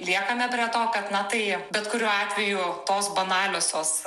liekame prie to kad na tai bet kuriuo atveju tos banaliosios